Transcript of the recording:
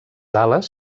ales